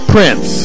Prince